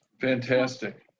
Fantastic